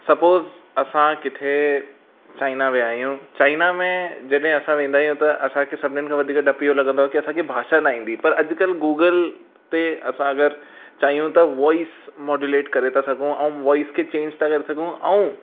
suppose असां किथे China विया आहियूं चाईना में जॾहिं असां वेंदा आहियूं त असांखे सभिनि खां वधीक डप इहो लगंदो आहे की असांखे भाषा न ईंदी पर अॼुकल्ह गूगल ते असां अगरि चाहियूं त वॉइस मोड्यूलेट करे था सघूं ऐं वॉइस खे चेंज था करे सघूं ऐं